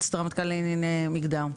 יועצת הרמטכ"ל לענייני מגדר,